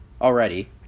already